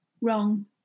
wrong